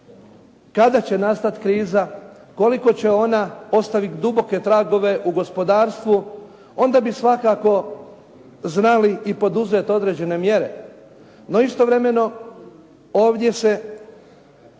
kada će nastati kriza, koliko će ona ostaviti duboke tragove u gospodarstvu, onda bi svakako znali i poduzeti određene mjere. No istovremeno ovdje se